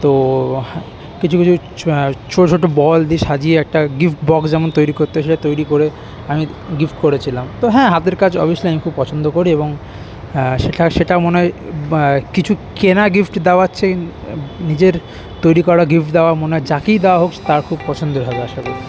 তো কিছু কিছু ছোট ছোট বল দিয়ে সাজিয়ে একটা গিফট বক্স যেমন তৈরি করতে হয় সেটা তৈরি করে আমি গিফট করেছিলাম তো হ্যাঁ হাতের কাজ অবভিয়াসলি আমি খুব পছন্দ করি এবং সেটা সেটা মনে হয় কিছু কেনা গিফট দেওয়ার চেয়ে নিজের তৈরি করা গিফট দেওয়া মনে হয় যাকেই দেওয়া হোক তার খুব পছন্দ হবে আশা করি